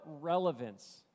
relevance